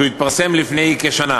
שהתפרסם לפני כשנה,